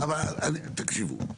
תקשיבו,